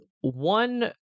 one